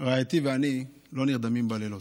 רעייתי ואני לא נרדמים בלילות.